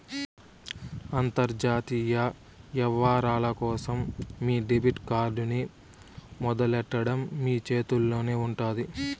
అంతర్జాతీయ యవ్వారాల కోసం మీ డెబిట్ కార్డ్ ని మొదలెట్టడం మీ చేతుల్లోనే ఉండాది